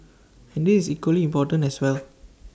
and this is equally important as well